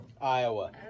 Iowa